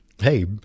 Hey